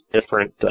different